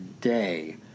today